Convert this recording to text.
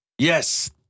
Yes